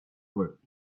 work